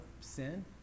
sin